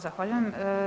Zahvaljujem.